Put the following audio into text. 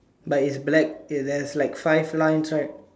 but it's black is there's like five lines right